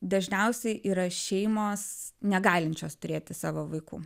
dažniausiai yra šeimos negalinčios turėti savo vaikų